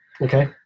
Okay